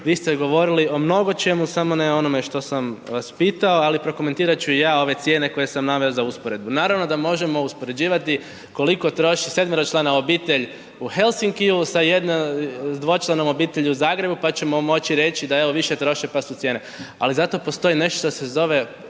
vi ste govorili o mnogo čemu samo ne o onome što sam vas pitao, ali prokomentirat ću i ja ove cijene koje sam naveo za usporedbu. Naravno da možemo uspoređivati koliko troši sedmeročlana obitelj u Helsinkiju sa dvočlanom obitelji u Zagrebu pa ćemo moći reći da evo više troše, pa su cijene. Ali zato postoji nešto što se zove